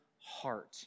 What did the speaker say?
heart